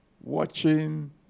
watching